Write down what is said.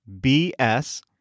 BS